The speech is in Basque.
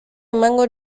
emango